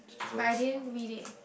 but I didn't read it